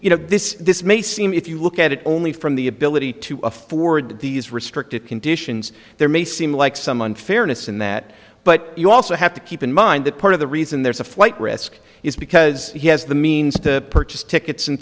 you know this this may seem if you look at it only from the ability to afford these restrictive conditions there may seem like someone fairness in that but you also have to keep in mind that part of the reason there is a flight risk is because he has the means to purchase tickets and